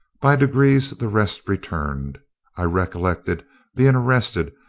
by degrees the rest returned i recollected being arrested,